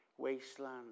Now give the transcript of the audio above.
Wasteland